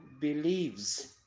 believes